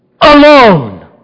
alone